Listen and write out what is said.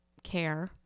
care